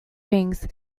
wings